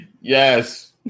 Yes